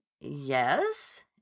Yes